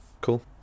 cool